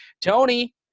Tony